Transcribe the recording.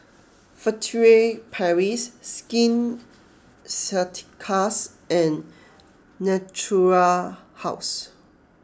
Furtere Paris Skin Ceuticals and Natura House